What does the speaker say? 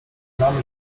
damy